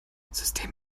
system